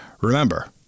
remember